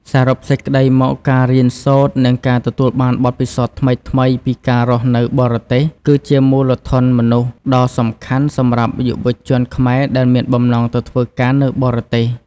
សរុបសេចក្ដីមក ការរៀនសូត្រ និងការទទួលបានបទពិសោធន៍ថ្មីៗពីការរស់នៅបរទេស គឺជាមូលធនមនុស្សដ៏សំខាន់សម្រាប់យុវជនខ្មែរដែលមានបំណងទៅធ្វើការនៅបរទេស។